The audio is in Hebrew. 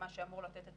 שאמור לתת את